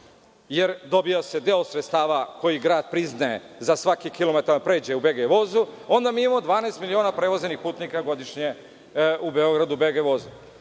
jer dobija se deo sredstava koji grad priznaje za svaki kilometar koji pređe u BG vozu, onda mi imamo 12 miliona prevezenih putnika godišnje u BG voz. Zato je važno